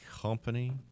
company